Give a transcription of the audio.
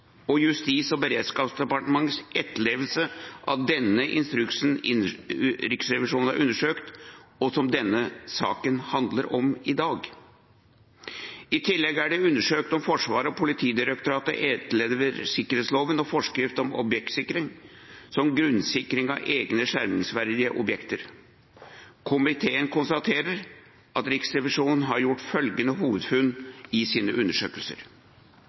og Justis- og beredskapsdepartementets etterlevelse av denne instruksen Riksrevisjonen har undersøkt, og som denne saken handler om i dag. I tillegg er det undersøkt om Forsvaret og Politidirektoratet etterlever sikkerhetsloven og forskrift om objektsikring og grunnsikring av egne sikringsverdige objekter. Komiteen konstaterer at Riksrevisjonen har gjort følgende hovedfunn i sine undersøkelser: